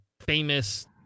famous